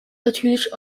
natürlich